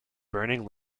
burning